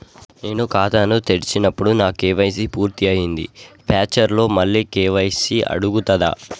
నేను ఖాతాను తెరిచినప్పుడు నా కే.వై.సీ పూర్తి అయ్యింది ఫ్యూచర్ లో మళ్ళీ కే.వై.సీ అడుగుతదా?